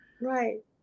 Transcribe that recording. Right